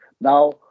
now